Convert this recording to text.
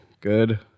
good